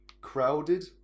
crowded